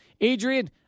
Adrian